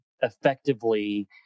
effectively